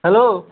hello